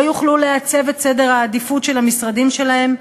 לא יוכלו לעצב את סדר העדיפויות של המשרדים שלהם,